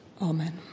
Amen